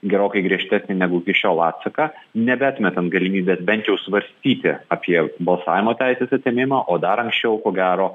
gerokai griežtesnį negu iki šiol atsaką nebeatmetant galimybės bent jau svarstyti apie balsavimo teisės atėmimą o dar anksčiau ko gero